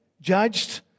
judged